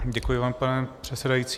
Děkuji vám, pane předsedající.